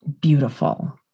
beautiful